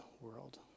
world